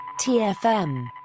TFM